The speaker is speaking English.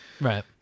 Right